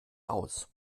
aus